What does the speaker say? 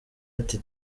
ati